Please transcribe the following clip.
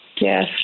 Yes